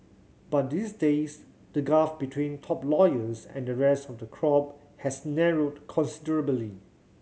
but these days the gulf between top lawyers and the rest of the crop has narrowed considerably